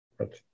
Okay